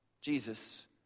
Jesus